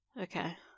Okay